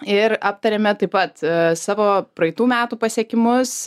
ir aptariame taip pat a savo praeitų metų pasiekimus